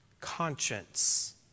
conscience